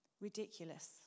Ridiculous